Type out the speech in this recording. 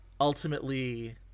ultimately